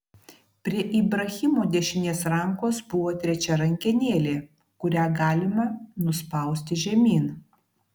prie ibrahimo dešinės rankos buvo trečia rankenėlė kurią galima nuspausti žemyn